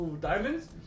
diamonds